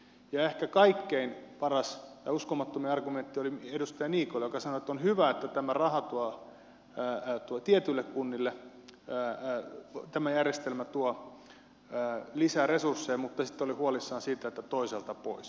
ehkä kaikkein paras ja uskomattomin argumentti oli edustaja niikolla joka sanoi että on hyvä että tämä järjestelmä tuo tietyille kunnille lisää resursseja mutta sitten oli huolissaan siitä että toisilta pois